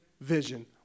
vision